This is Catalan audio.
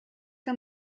que